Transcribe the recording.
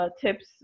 tips